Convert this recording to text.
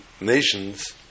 nations